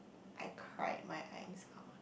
I cried my eyes out